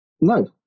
No